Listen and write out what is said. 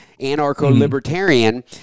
anarcho-libertarian